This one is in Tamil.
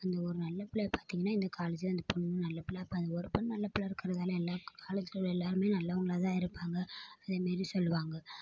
அந்த ஒரு நல்ல பிள்ளைய பார்த்தீங்ன்னா இந்த காலேஜ்ஜில் அந்த பொண்ணு நல்ல பிள்ள அப்போ அது ஒரு பொண்ணு நல்ல பிள்ள இருக்கிறதால எல்லா காலேஜ்ஜில் உள்ள எல்லாேருமே நல்லவங்களாகதான் இருப்பாங்க அதே மாரி சொல்லுவாங்க